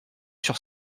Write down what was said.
sur